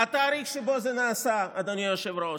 התאריך שבו זה נעשה, אדוני היושב-ראש,